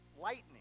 lightning